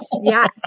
Yes